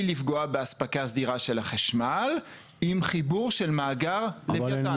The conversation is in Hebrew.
לפגוע באספקה סדירה של החשמל עם חיבור של מאגר לויתן.